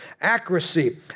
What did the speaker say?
accuracy